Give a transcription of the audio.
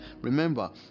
remember